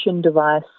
device